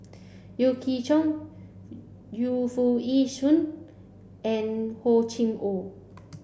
Yeo Chee Kiong Yu Foo Yee Shoon and Hor Chim Or